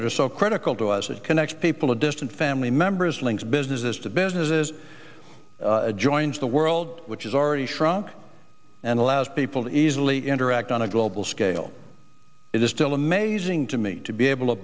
that are so critical to us as connect people to distant family members links businesses to businesses adjoins the world which is already shrunk and allows people to easily interact on a global scale it is still amazing to me to be able to